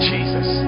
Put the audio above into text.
Jesus